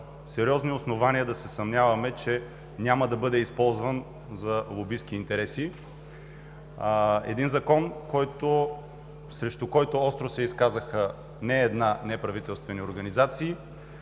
сериозно основание да се съмняваме, че няма да бъде използван за лобистки интереси; един Закон, срещу който остро се изказаха не една неправителствени организации,